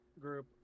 group